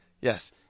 Yes